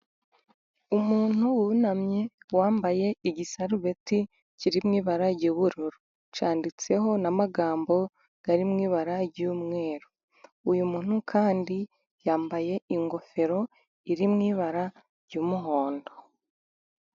Umuntu wunamye wambaye igisarubeti kirimo ibara ry'ubururu, cyanditseho na magambo ari mu ibara ry'umweru, uyu muntu kandi yambaye ingofero iri mw'ibara ry'umuhondo.